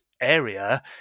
area